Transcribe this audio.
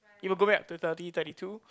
it will go back to thirty thirty two